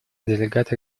делегат